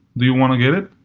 do you want to get it?